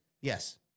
Yes